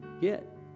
get